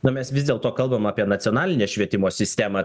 na mes vis dėlto kalbam apie nacionalinę švietimo sistemą